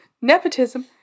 nepotism